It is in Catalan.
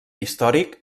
històric